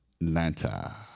Atlanta